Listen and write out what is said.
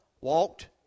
walked